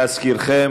להזכירכם,